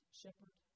shepherd